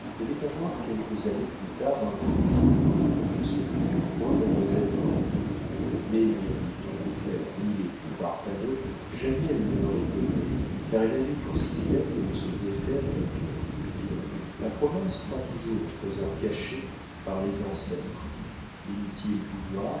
devait avoir quelques années plus tard un prix fou dont ne se doutait point mademoiselle cormon mais lui en eût-on offert mille écus par panneau jamais elle ne l'aurait donné car elle avait pour système de ne se défaire de rien la province croit toujours aux trésors cachés par les ancêtres l'inutile boudoir